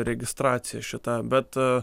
registraciją šitą bet